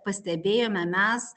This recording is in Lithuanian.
pastebėjome mes